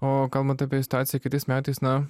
o kalbant apie situaciją kitais metais na